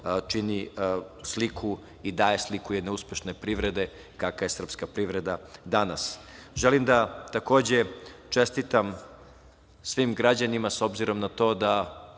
čini sliku i daje sliku jedne uspešne privrede kakva je srpska privreda danas. Želim da, takođe, čestitam svim građanima, s obzirom na to da